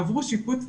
עברו שיפוץ,